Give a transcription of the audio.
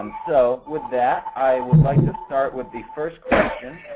um so with that, i would like to start with the first question